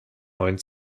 neuen